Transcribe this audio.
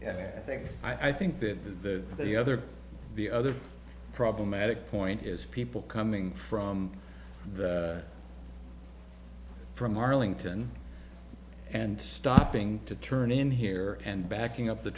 yeah i think i think that the other the other problematic point is people coming from from arlington and stopping to turn in here and backing up the